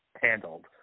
handled